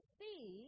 see